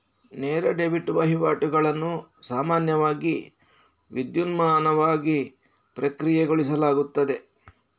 ನೇರ ಡೆಬಿಟ್ ವಹಿವಾಟುಗಳನ್ನು ಸಾಮಾನ್ಯವಾಗಿ ವಿದ್ಯುನ್ಮಾನವಾಗಿ ಪ್ರಕ್ರಿಯೆಗೊಳಿಸಲಾಗುತ್ತದೆ